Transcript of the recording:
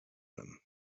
them